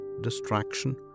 distraction